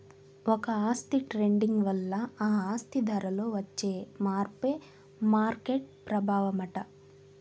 ఒక ఆస్తి ట్రేడింగ్ వల్ల ఆ ఆస్తి ధరలో వచ్చే మార్పే మార్కెట్ ప్రభావమట